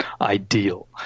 ideal